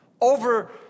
over